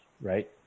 right